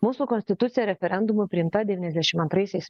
mūsų konstitucija referendumu priimta devyniasdešim antraisiais